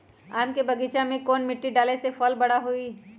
आम के बगीचा में कौन मिट्टी डाले से फल बारा बारा होई?